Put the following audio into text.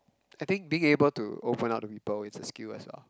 I think being able to open up to people it's a skill as well